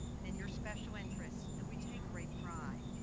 and in your special interests, and we take great pride.